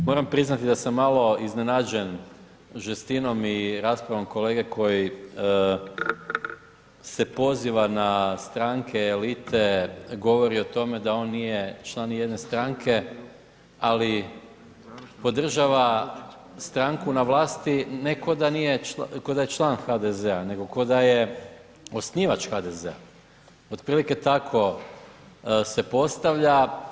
Moram priznati da sam malo iznenađen žestinom i raspravom kolege koji se poziva na stranke, elite, govori o tome da on nije član nijedne strane, ali podržava stranku na vlasti, ne koda je član HDZ-a, nego koda je osnivač HDZ-a, otprilike tako se postavlja.